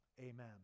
Amen